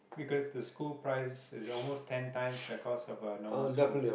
because the school price is almost ten times the cost of a normal school